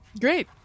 Great